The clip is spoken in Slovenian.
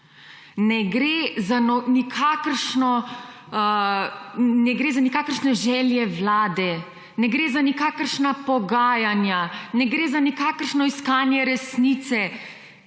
Ne gre za nikakršne želje vlade, ne gre za nikakršna pogajanja, ne gre za nikakršno **38.